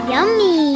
Yummy